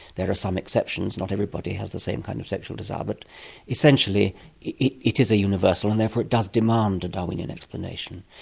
there are some exceptions not everybody has the same kind of sexual desire, but essentially it it is a universal and therefore it does demand a darwinian explanation.